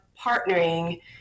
partnering